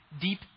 deep